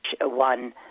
one